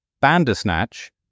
Bandersnatch